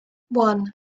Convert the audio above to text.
one